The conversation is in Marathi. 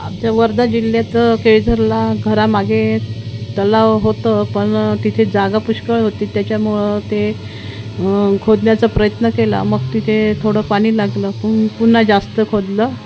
आमच्या वर्धा जिल्ह्यात केळझरला घरामागे तलाव होतं पण तिथे जागा पुष्कळ होती त्याच्यामुळं ते खोदण्याचा प्रयत्न केला मग तिथे थोडं पाणी लागलं पुन पुन्हा जास्त खोदलं